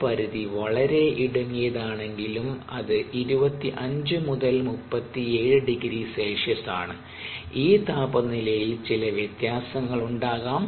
ഈ പരിധി വളരെ ഇടുങ്ങിയതാണെങ്കിലും അത് 25 370C ആണ് ഈ താപ നിലയിൽ ചില വ്യത്യാസങ്ങളുണ്ടാകാം